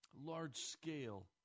large-scale